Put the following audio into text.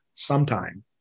sometime